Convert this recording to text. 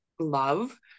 love